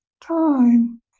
time